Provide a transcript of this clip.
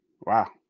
wow